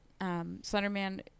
Slenderman